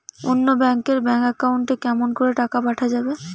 অন্য ব্যাংক এর bank account এ কেমন করে টাকা পাঠা যাবে?